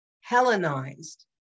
Hellenized